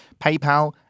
PayPal